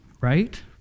right